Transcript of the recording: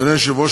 אדוני היושב-ראש,